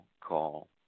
call